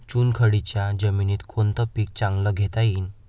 चुनखडीच्या जमीनीत कोनतं पीक चांगलं घेता येईन?